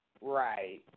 Right